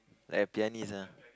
like a pianist ah